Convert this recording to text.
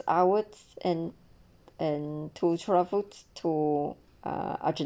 hours and and to travels to uh